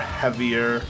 heavier